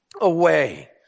away